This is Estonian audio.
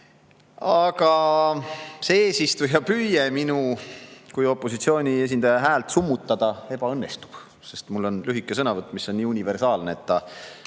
Aga see eesistuja püüe minu kui opositsiooni esindaja häält summutada ebaõnnestub, sest mul on lühike sõnavõtt, mis on nii universaalne, et